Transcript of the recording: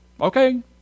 Okay